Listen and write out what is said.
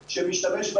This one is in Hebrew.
האירוע שאיתו מתמודדים